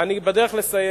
אני בדרך לסיים.